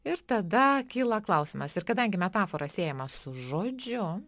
ir tada kyla klausimas ir kadangi metafora siejama su žodžiu